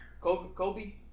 Kobe